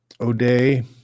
O'Day